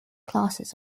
classes